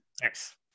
Thanks